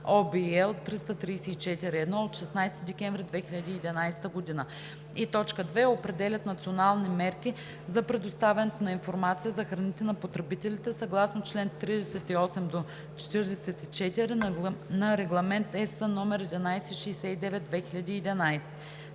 L 334/1 от 16 декември 2011 г.); 2. определят национални мерки за предоставянето на информация за храните на потребителите съгласно чл. 38 – 44 на Регламент (ЕС) № 1169/2011.“